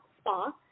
spa